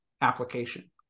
application